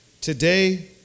today